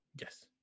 Yes